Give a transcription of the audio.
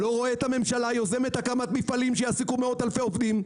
אני לא רואה את הממשלה יוזמת הקמת מפעלים שיעסיקו מאות-אלפי עובדים,